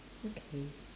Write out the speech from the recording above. okay